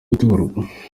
gutorwa